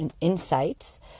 insights